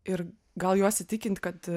ir gal juos įtikint kad